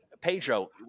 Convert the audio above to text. Pedro